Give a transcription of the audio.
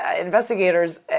investigators